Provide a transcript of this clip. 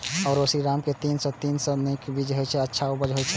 आरो श्रीराम के तीन सौ तीन भी नीक बीज ये अच्छा उपज होय इय?